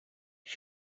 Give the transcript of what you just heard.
ich